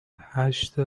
هشت